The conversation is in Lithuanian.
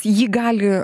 jį gali